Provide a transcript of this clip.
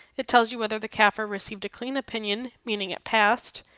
it tells you whether the cafr received a clean opinion, meaning it passed.